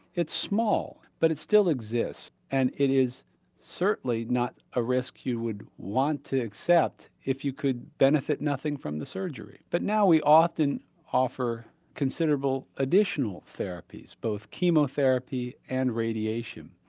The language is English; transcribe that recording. it's small but it still exists and it is certainly not a risk you would want to accept if you could benefit nothing from the surgery. but now we often offer considerable additional therapies, both chemotherapy and radiation.